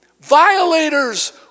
Violators